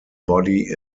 body